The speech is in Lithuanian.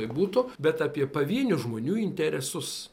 tai būtų bet apie pavienių žmonių interesus